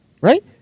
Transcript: Right